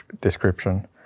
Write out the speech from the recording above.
description